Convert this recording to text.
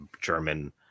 German